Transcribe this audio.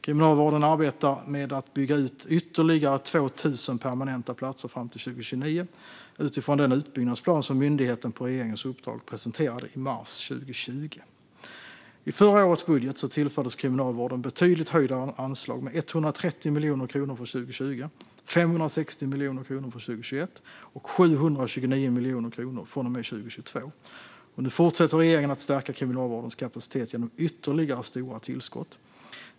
Kriminalvården arbetar med att bygga ut med ytterligare 2 000 permanenta platser fram till 2029, utifrån den utbyggnadsplan som myndigheten på regeringens uppdrag presenterade i mars 2020. I förra årets budget tillfördes Kriminalvården betydligt höjda anslag, med 130 miljoner kronor för 2020, 569 miljoner kronor för 2021 och 729 miljoner kronor från och med 2022. Nu fortsätter regeringen att stärka Kriminalvårdens kapacitet genom ytterligare stora tillskott.